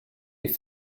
est